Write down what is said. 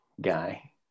guy